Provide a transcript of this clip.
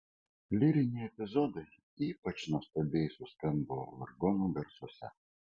lyriniai epizodai ypač nuostabiai suskambo vargonų garsuose